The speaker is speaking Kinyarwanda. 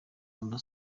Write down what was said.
amb